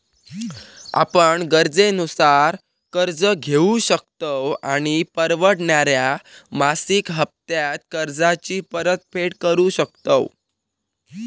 आपण गरजेनुसार कर्ज घेउ शकतव आणि परवडणाऱ्या मासिक हप्त्त्यांत कर्जाची परतफेड करु शकतव